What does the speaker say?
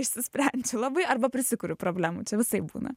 išsisprendžiu labai arba prisikuriu problemų čia visaip būna